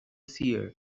seer